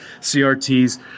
CRTs